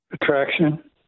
Attraction